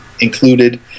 included